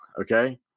Okay